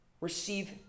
receive